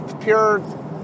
pure